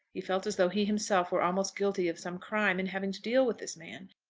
he felt as though he himself were almost guilty of some crime in having to deal with this man,